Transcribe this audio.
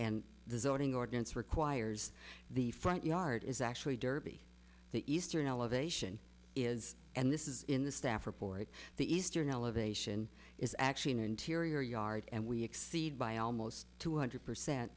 and the zoning ordinance requires the front yard is actually derby the eastern elevation is and this is in the staff report the eastern elevation is actually an interior yard and we exceed by almost two hundred percent